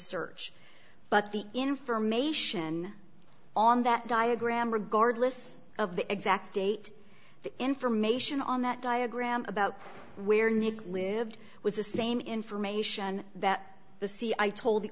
search but the information on that diagram regardless of the exact date information on that diagram about where nick lived was the same information that the c i told the